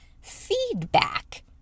feedback